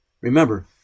Remember